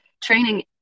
training